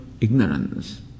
ignorance